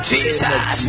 Jesus